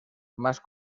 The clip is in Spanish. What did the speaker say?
más